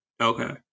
Okay